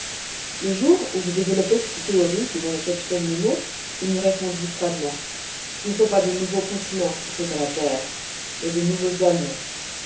le jour où je développai cette théorie devant le capitaine nemo il me répondit froidement ce ne sont pas de nouveaux continents qu'il faut à la terre mais de nouveaux hommes